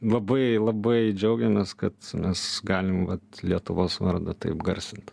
labai labai džiaugiamės kad mes galim vat lietuvos vardą taip garsint